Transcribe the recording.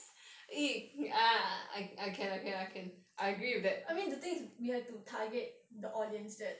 I mean the thing is we have to target the audience that